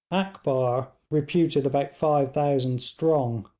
akbar, reputed about five thousand strong,